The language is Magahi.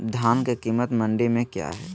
धान के कीमत मंडी में क्या है?